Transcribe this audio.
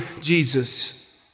Jesus